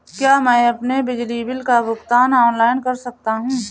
क्या मैं अपने बिजली बिल का भुगतान ऑनलाइन कर सकता हूँ?